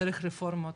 צריך רפורמות,